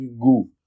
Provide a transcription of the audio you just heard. go